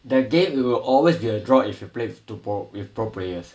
the game will always be a draw if you play with two pro with pro players